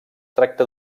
tracta